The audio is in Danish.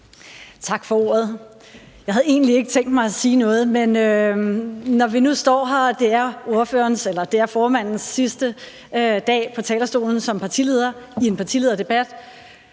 Tak for ordet. Jeg havde egentlig ikke tænkt mig at sige noget, men når vi nu står her og det er formandens sidste dag på talerstolen som partileder i en partilederdebat,